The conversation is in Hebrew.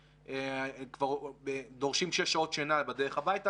אם היית נכנס למפקדה הקדמית,